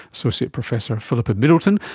associate professor philippa middleton,